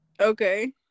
okay